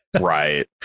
right